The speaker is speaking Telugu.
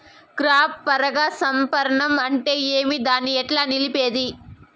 క్రాస్ పరాగ సంపర్కం అంటే ఏమి? దాన్ని ఎట్లా నిలిపేది?